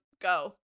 go